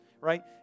Right